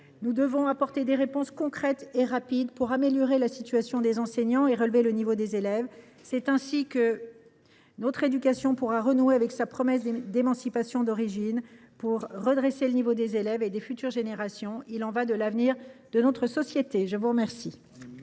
Nous devons apporter des réponses concrètes et rapides pour améliorer la situation des enseignants et relever le niveau des élèves. C’est ainsi que notre système éducatif pourra renouer avec sa promesse d’émancipation d’origine et redresser le niveau des élèves et des futures générations. Il y va de l’avenir de notre société. La parole